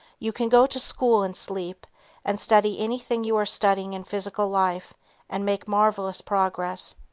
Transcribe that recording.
you can go to school in sleep and study anything you are studying in physical life and make marvelous progress.